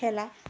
খেলা